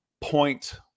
point